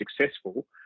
successful